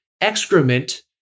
excrement